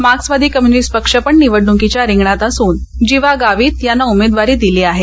मार्क्सवादी कम्यूनिस्ट पक्ष पण निवडणुकीच्या रिंगणात असून जिवा गावित यांना उमेदवारी दिली आहे